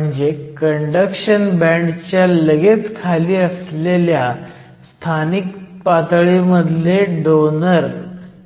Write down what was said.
म्हणजे कंडक्शन बँडच्या लगेच खाली असलेल्या स्थानिक पातळीमधले डोनर